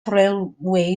railway